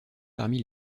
parmi